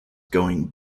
going